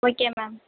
okay ma'am